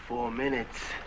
four minute